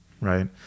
right